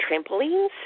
trampolines